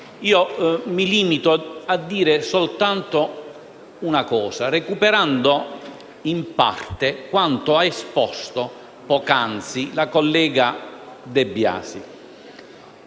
Mi limito a dire soltanto una cosa, recuperando in parte quanto ha esposto poc'anzi la collega De Biasi.